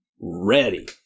ready